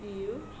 !eww!